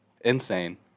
insane